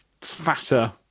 fatter